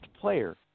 player